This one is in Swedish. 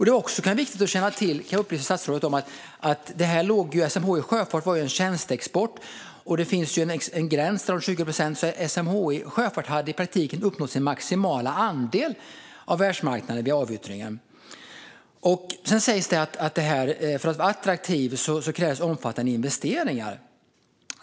Det är också viktigt att känna till, vilket jag kan upplysa statsrådet om, att SMHI Sjöfart var en tjänsteexport, och där finns en gräns om 20 procent. SMHI Sjöfart hade således i praktiken uppnått sin maximala andel av världsmarknaden vid avyttringen. I svaret sägs också att det krävts omfattande investeringar för att vara attraktiv.